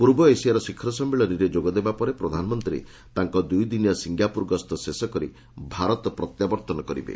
ପୂର୍ବ ଏସିଆର ଶିଖର ସମ୍ମିଳନୀରେ ଯୋଗଦେବା ପରେ ପ୍ରଧାନମନ୍ତ୍ରୀ ତାଙ୍କ ଦୁଇଦିନିଆ ସିଙ୍ଗାପୁର ଗସ୍ତ ଶେଷ କରି ଭାରତ ପ୍ରତ୍ୟାବର୍ତ୍ତନ କରିବେ